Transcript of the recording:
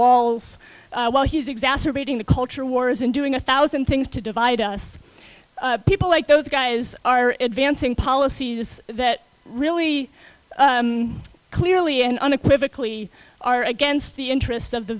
walls while he's exacerbating the culture wars and doing a thousand things to divide us people like those guys are advancing policies that really clearly and unequivocally are against the interests of the